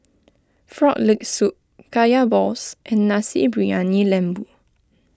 Frog Leg Soup Kaya Balls and Nasi Briyani Lembu